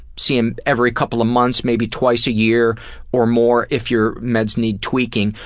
see them every couple of months, maybe twice a year or more if your meds need tweaking.